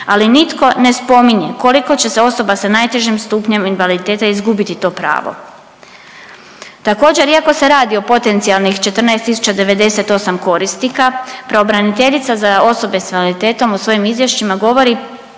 ali nitko ne spominje koliko će se osoba sa najtežim stupnjem invaliditeta izgubiti to pravo. Također, iako se radi o potencijalnih 14 098 korisnika, pravobraniteljica za osobe s invaliditetom u svojim izvješćima govori